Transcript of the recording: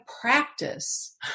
practice